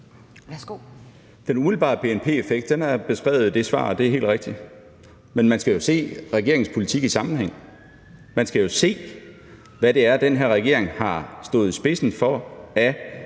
Den umiddelbare bnp-effekt er beskrevet i det svar – det er helt rigtigt – men man skal jo se regeringens politik i en sammenhæng. Man skal jo se, hvad det er, den her regering har stået i spidsen for: